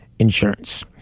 insurance